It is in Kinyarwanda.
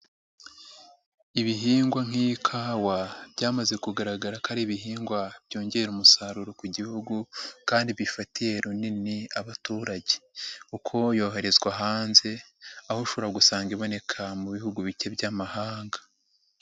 Ibihingwa nk'ikawa byamaze kugaragara ko ari ibihingwa byongera umusaruro ku gihugu kandi bifatiye runini abaturage kuko yoherezwa hanze, aho ushobora gusanga iboneka mu bihugu bike by'amahanga.